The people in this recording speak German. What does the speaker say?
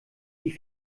die